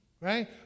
right